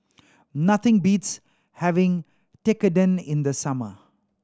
nothing beats having Tekkadon in the summer